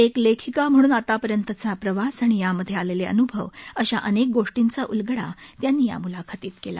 एक लेखिका म्हणून आतापर्यंतचा प्रवास आणि यामध्ये आलेले अन्भव अशा अनेक गोष्टींचा उलगडा त्यांनी या मुलाखतीत केला